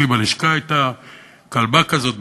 אצלי בלשכה הייתה כלבה כזאת,